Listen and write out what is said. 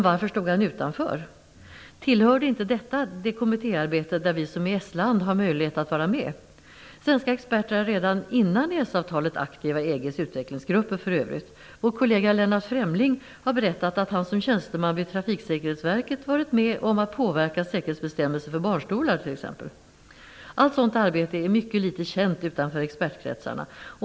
Varför stod han utanför? Tillhörde inte detta det kommittéarbete där vi som EES-land har möjlighet att vara med? Svenska experter är för övrigt redan innan EES-avtalet aktiva i EG:s utvecklingsgrupper. Vår kollega Lennart Fremling har berättat att han som tjänsteman vid Trafiksäkerhetsverket varit med om att påverka säkerhetsbestämmelser för barnstolar. Allt sådant arbete är mycket litet känt utanför expertkretsarna.